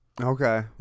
okay